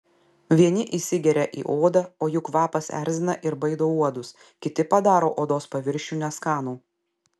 vieni įsigeria į odą o jų kvapas erzina ir baido uodus kiti padaro odos paviršių neskanų